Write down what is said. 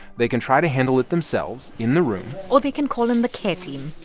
they can try to handle it themselves in the room or they can call in the care team.